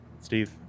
Steve